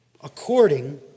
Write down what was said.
according